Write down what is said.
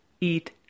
eat